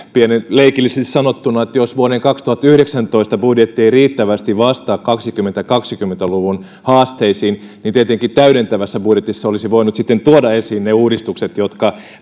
leikillisesti sanottuna jos vuoden kaksituhattayhdeksäntoista budjetti ei riittävästi vastaa kaksituhattakaksikymmentä luvun haasteisiin niin tietenkin täydentävässä budjetissa olisi voinut sitten tuoda esiin ne uudistukset joita